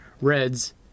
reds